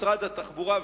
משרד התחבורה,